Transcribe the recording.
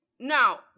Now